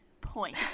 point